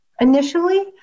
initially